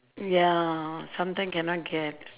ya sometimes cannot get